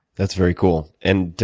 that's very cool. and